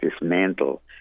dismantle